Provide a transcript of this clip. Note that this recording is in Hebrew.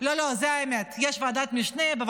זה לא, יוליה.